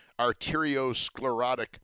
arteriosclerotic